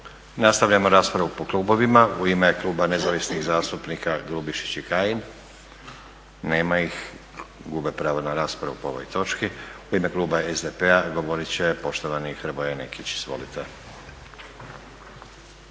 Nastavljamo raspravu po klubovima. U ime kluba Nezavisnih zastupnika Grubišić i Kajin. Nema ih, gube pravo na raspravu po ovoj točki. U ime kluba SDP-a govorit će poštovani Hrvoje Nekić. Izvolite.